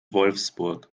wolfsburg